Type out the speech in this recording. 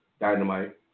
Dynamite